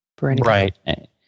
Right